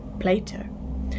Plato